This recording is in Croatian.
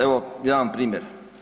Evo jedan primjer.